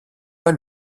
pas